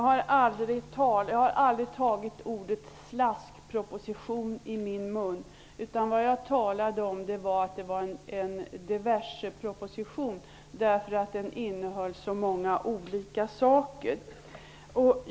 Herr talman! Jag har aldrig tagit ordet ''slaskproposition'' i min mun. Jag talade om att det var en ''diverseproposition'' därför att den innehöll så många olika saker.